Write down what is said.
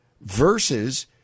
versus